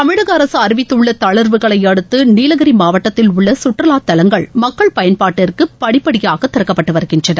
தமிழக அரசு அறிவித்துள்ள தளா்வுகளை அடுத்து நீலகிரி மாவட்டத்தில் உள்ள சுற்றுலா தலங்கள் மக்கள் பயன்பாட்டிற்கு படிப்படியாக திறக்கப்பட்டு வருகின்றன